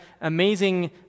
amazing